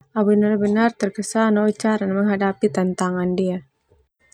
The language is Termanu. Au benar-benar terkesan no o cara menghadapi tantangan ndia.